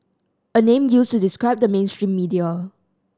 a name used describe the mainstream media